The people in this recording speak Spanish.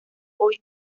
hoy